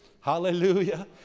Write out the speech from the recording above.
Hallelujah